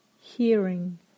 hearing